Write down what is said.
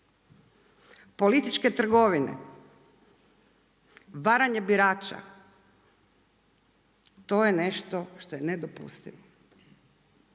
Političke trgovine, varanje birača, to je nešto što je nedopustivo.